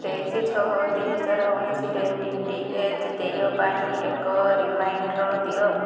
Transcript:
ତେଇଶି ଛଅ ଦୁଇ ହଜାର ଉଣେଇଶିରେ ଡ଼ି ଟି ଏଚ୍ ଦେୟ ପାଇଁ ଏକ ରିମାଇଣ୍ଡର୍ ଦିଅ